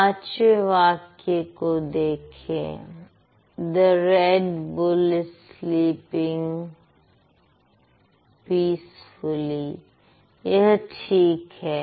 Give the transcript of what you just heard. पांचवे वाक्य को देखें the red bull is sleeping peacefully यह ठीक है